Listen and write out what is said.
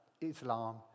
Islam